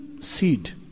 seed